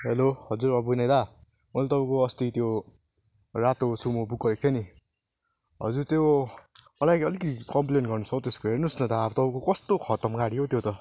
hello हजुर अबुनेला मैले तपाईँको अस्ति त्यो रातो सुमो बुक गरेको थिएँ नि हजुर त्यो मलाई अलिकति कम्प्लेन गर्नु छ हो त्यसको हेर्नुहोस् न दा अब तपाईँको कस्तो खतम गाडी हो त्यो त